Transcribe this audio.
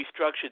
restructured